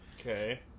Okay